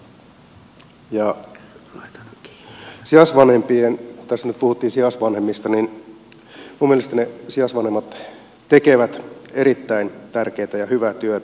kun tässä nyt puhuttiin sijaisvanhemmista niin minun mielestäni sijaisvanhemmat tekevät erittäin tärkeätä ja hyvää työtä